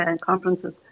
conferences